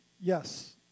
Yes